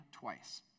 twice